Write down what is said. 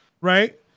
Right